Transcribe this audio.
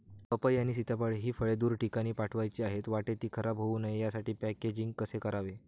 पपई आणि सीताफळ हि फळे दूर ठिकाणी पाठवायची आहेत, वाटेत ति खराब होऊ नये यासाठी पॅकेजिंग कसे करावे?